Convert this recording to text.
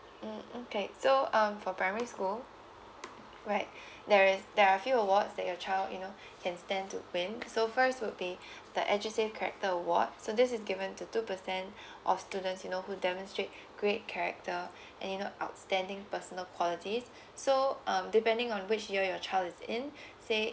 mm okay so um for primary school right there is there are a few awards that your child you know can stand to win so first would be the edusave character award so this is given to two percent of students you know who demonstrate great character and you know outstanding personal qualities so um depending on which year your child is in say